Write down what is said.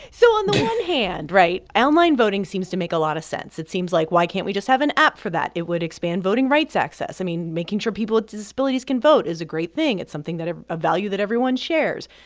so on the one hand right? online voting seems to make a lot of sense. it seems like, why can't we just have an app for that? it would expand voting rights access. i mean, making sure people with disabilities can vote is a great thing. it's something that ah a value that everyone shares.